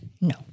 No